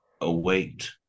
await